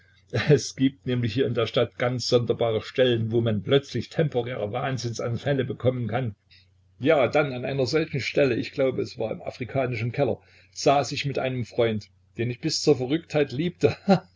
es gibt nämlich hier in der stadt ganz sonderbare stellen wo man plötzlich temporäre wahnsinnsanfälle bekommen kann ja da an einer solchen stelle ich glaube es war im afrikanischen keller saß ich mit einem freund den ich bis zur verrücktheit liebe